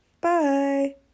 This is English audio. Bye